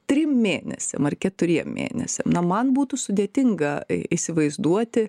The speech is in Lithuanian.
trim mėnesiam ar keturiem mėnesiam na man būtų sudėtinga įsivaizduoti